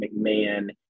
McMahon